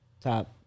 top